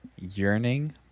yearning